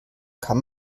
kann